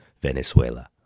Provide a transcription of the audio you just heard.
Venezuela